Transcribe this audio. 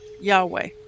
Yahweh